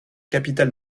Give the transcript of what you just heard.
capitale